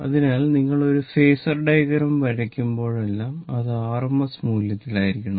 അതിനാൽ നിങ്ങൾ ഒരു ഫേസർ ഡയഗ്രം വരയ്ക്കുമ്പോഴെല്ലാം അത് RMS മൂല്യത്തിലായിരിക്കണം